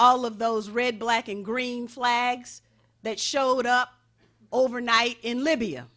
all of those red black and green flags that showed up overnight in libya